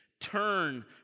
turn